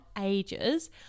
ages